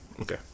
okay